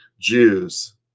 jews